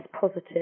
positive